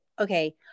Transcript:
okay